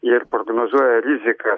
ir prognozuoja rizikas